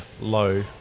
low